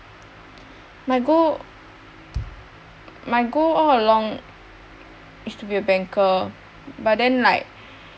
my goal my goal all along is to be a banker but then like